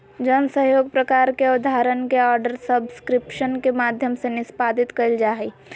जन सहइोग प्रकार के अबधारणा के आर्डर सब्सक्रिप्शन के माध्यम से निष्पादित कइल जा हइ